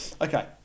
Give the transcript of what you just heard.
Okay